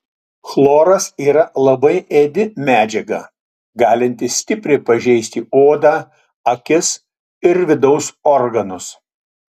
chloras yra labai ėdi medžiaga galinti stipriai pažeisti odą akis ir vidaus organus